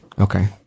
Okay